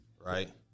right